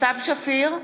סתיו שפיר,